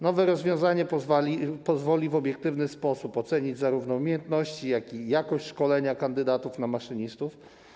Nowe rozwiązanie pozwoli w obiektywny sposób ocenić zarówno umiejętności, jak i jakość szkolenia kandydatów na maszynistów.